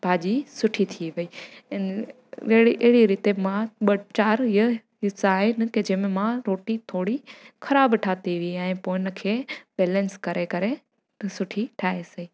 भाॼी सुठी थी वई इन अहिड़ी अहिड़ी रीति मां ॿ चारि ईअं किसा आहिनि कि जंहिं मां रोटी थोरी ख़राबु ठाही हुई पोइ उन खे बैलेंस करे करे सुठी ठाहे सॼी